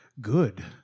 good